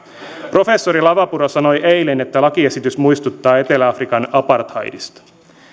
professori lavapuro sanoi eilen että lakiesitys muistuttaa etelä afrikan apartheidista